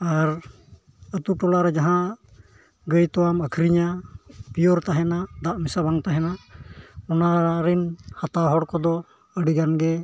ᱟᱨ ᱟᱛᱳ ᱴᱚᱞᱟ ᱨᱮ ᱡᱟᱦᱟᱸ ᱜᱟᱹᱭ ᱛᱳᱣᱟᱢ ᱟᱹᱠᱷᱨᱤᱧᱟ ᱯᱤᱭᱳᱨ ᱛᱟᱦᱮᱱᱟ ᱫᱟᱜ ᱢᱮᱥᱟ ᱵᱟᱝ ᱛᱟᱦᱮᱱᱟ ᱚᱱᱟ ᱨᱮᱱ ᱦᱟᱛᱟᱣ ᱦᱚᱲ ᱠᱚᱫᱚ ᱟᱹᱰᱤᱜᱟᱱ ᱜᱮ